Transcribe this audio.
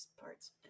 parts